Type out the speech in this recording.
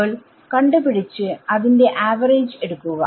കേൾ കണ്ട് പിടിച്ചു അതിന്റെ ആവറേജ് എടുക്കുക